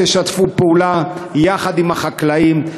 תשתפו פעולה עם החקלאים,